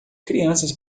crianças